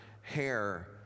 hair